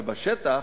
ובשטח,